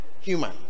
human